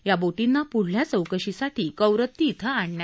या बोटींना पुढल्या चौकशीसाठी कवरत्ती इथं आणण्यात आलं